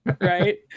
Right